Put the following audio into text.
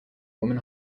woman